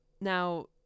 now